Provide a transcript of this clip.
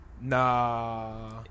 Nah